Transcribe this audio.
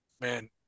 man